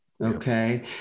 Okay